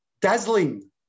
dazzling